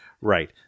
Right